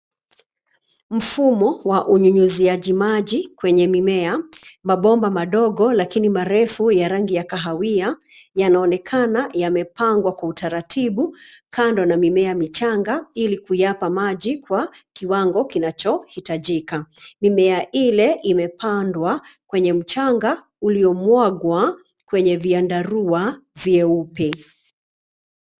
Mfumo wa unyunyuziaji maji kwenye mimea. Mabomba madogo lakini marefu ya rangi ya kahawia, yanaonekana yamepangwa kwa utaratibu kando na mimea michanga ili kuyapa maji kwa kiwango kinachohitajika. Mimea ile imepandwa kwenye mchanga uliyomwagwa kwenye vyandarua vyeupe.